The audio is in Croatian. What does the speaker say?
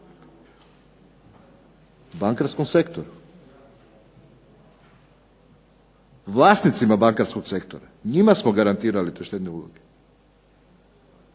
Bankarskom sektoru, vlasnicima bankarskog sektora, njima smo garantirali te štedne uloge.